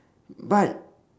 but